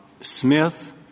Smith